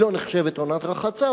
היא לא נחשבת עונת רחצה,